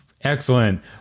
Excellent